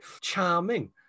Charming